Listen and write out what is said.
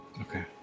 Okay